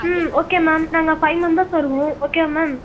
ம் okay ma'am நாங்கள் five members வருவோம் ஓகேவா மேம்